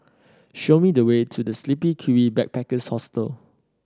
show me the way to The Sleepy Kiwi Backpackers Hostel